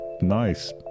nice